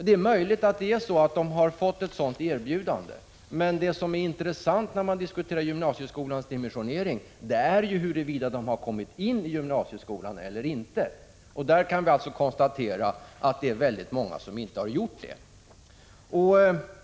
Det är möjligt att de har fått ett sådant erbjudande, men det som är intressant när man diskuterar gymnasieskolans dimensionering är ju, huruvida de har kommit in i gymnasieskolan eller inte. Vi kan konstatera att det är väldigt många som inte har gjort det.